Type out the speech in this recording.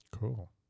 Cool